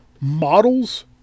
models